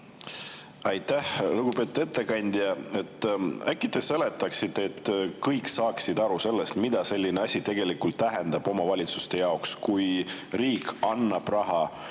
Aitäh! Lugupeetud ettekandja! Äkki te seletate, et kõik saaksid sellest aru, mida selline asi tegelikult tähendab omavalitsuste jaoks, kui riik annab